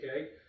Okay